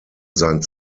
sein